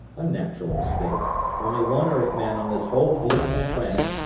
a natural mistake. only one earthman on this whole blinking planet,